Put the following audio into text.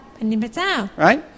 Right